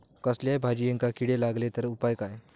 कसल्याय भाजायेंका किडे लागले तर उपाय काय?